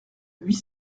huit